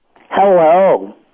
Hello